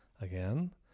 again